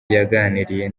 yaganiriye